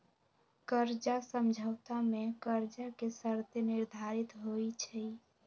कर्जा समझौता में कर्जा के शर्तें निर्धारित होइ छइ